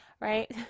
Right